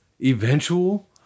Eventual